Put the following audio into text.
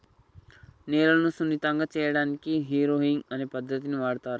నేలను సున్నితంగా సేయడానికి హారొయింగ్ అనే పద్దతిని వాడుతారంట